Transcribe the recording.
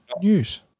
news